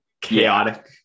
chaotic